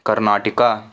Karnataka